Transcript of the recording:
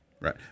Right